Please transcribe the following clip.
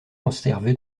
conservé